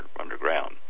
underground